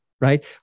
right